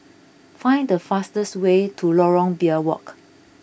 find the fastest way to Lorong Biawak